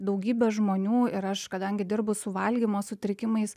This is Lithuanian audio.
daugybė žmonių ir aš kadangi dirbu su valgymo sutrikimais